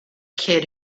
kid